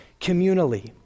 communally